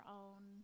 own